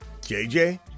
JJ